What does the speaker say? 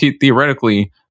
theoretically